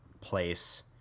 place